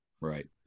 Right